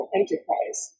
enterprise